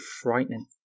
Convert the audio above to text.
frightening